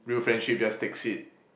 real friendship just takes it